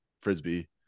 Frisbee